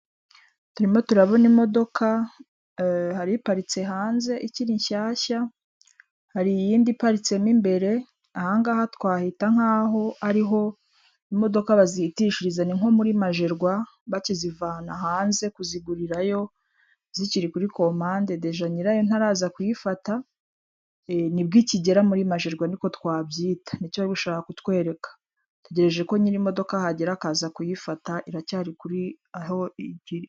Turimo turabona imodoka hari iparitse hanze ikiri nshyashya, hari iyindi iparitsemo imbere, ahangaha twahita nk'aho ariho imodoka bazihitishiriza, ni nko muri majerwa bakizivana hanze kuzigurirayo, zikiri kuri komande deja nyirayo ntaraza kuyifata, nibwo ikigera muri majerwa niko twabyita nicyo bari gushaka kutwereka itegereje ko nyiri imodoka ahagera akaza kuyifata iracyari kuri aho.